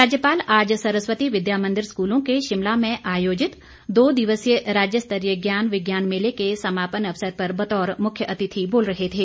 राज्यपाल आज सरस्वती विद्या मंदिर स्कूलों के शिमला में आयोजित दो दिवसीय राज्य स्तरीय ज्ञान विज्ञान मेले के समापन अवसर पर बतौर मुख्य अतिथि बोल रहे थे